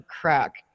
Crack